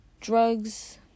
drugs